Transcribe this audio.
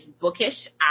bookish